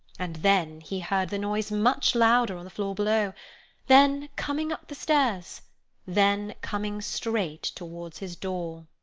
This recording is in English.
and then he heard the noise much louder, on the floors below then coming up the stairs then coming straight towards his door.